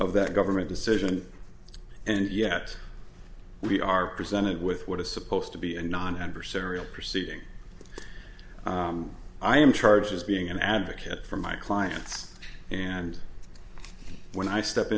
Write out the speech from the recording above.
of that government decision and yet we are presented with what is supposed to be a non adversarial proceeding i am charges being an advocate for my clients and when i step